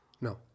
No